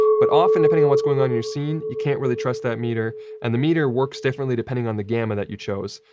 but often what's going on in your scene, you can't really trust that meter and the meter works differently depending on the gamma that you chose.